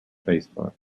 facebook